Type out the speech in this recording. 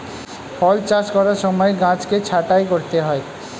ফল চাষ করার সময় গাছকে ছাঁটাই করতে হয়